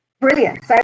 Brilliant